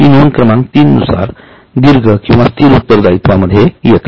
हि सर्व नोंद क्रमांक ३ नुसार दीर्घस्थिर उत्तरदायित्वामध्ये येतात